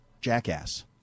jackass